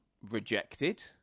rejected